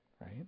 right